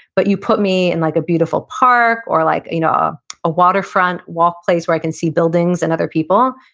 but you put me in like a beautiful park, or like you know a waterfront walk place where i can see buildings and other people,